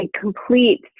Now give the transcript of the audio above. complete